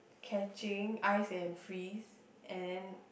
catching ice and freeze and then